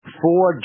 four